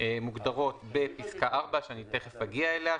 מוגדרות בפסקה 4, שתיכף אגיע אליה.